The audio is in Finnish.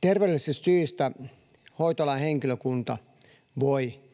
terveydellisistä syistä hoitoalan henkilökunta voi jatkaa